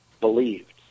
believed